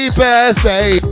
birthday